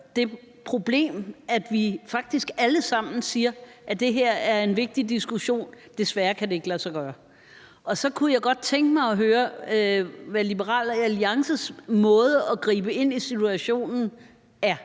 det problem, at vi faktisk alle sammen siger, at det her er en vigtig diskussion, men at det desværre ikke kan lade sig gøre. Så kunne jeg godt tænke mig at høre, hvad Liberal Alliances måde at gribe ind i situationen er.